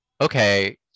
okay